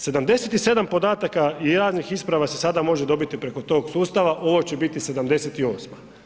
77 podataka i raznih isprava se sada može dobiti preko tog sustava, ovo će biti 78.